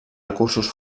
recursos